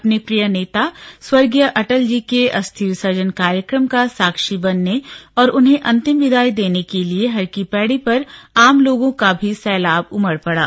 अपने प्रिय नेता स्वर्गीय अटल जी के अस्थि विसर्जन कार्यक्रम का साक्षी बनने और उन्हें अंतिम विदाई देने के लिए हर की पैड़ी पर आम लोगों का भी सैलाब उमड़ पड़ा